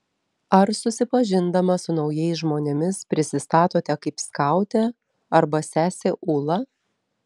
ar susipažindami su naujais žmonėmis prisistatote kaip skautė arba sesė ūla